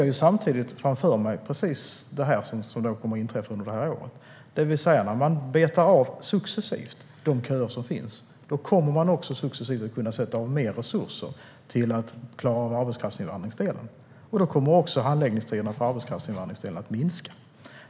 Jag ser samtidigt framför mig det som kommer att inträffa under det här året, det vill säga att när man successivt betar av de köer som finns kommer man också successivt att kunna sätta av mer resurser till att klara arbetskraftsinvandringsdelen. Då kommer också handläggningstiderna för arbetskraftsinvandringsdelen att minska.